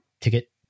ticket